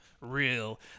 real